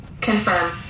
Confirm